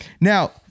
Now